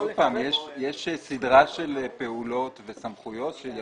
יש סדרה של פעולות וסמכויות.